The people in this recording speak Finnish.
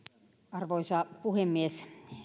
arvoisa puhemies